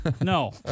No